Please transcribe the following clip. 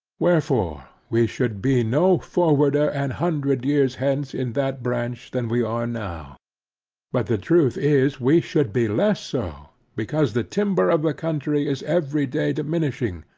wherefore, we should be no forwarder an hundred years hence in that branch, than we are now but the truth is, we should be less so, because the timber of the country is every day diminishing,